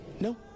No